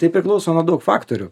tai priklauso nuo daug faktorių